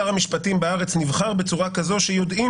שר המשפטים בארץ נבחר בצורה כזו שיודעים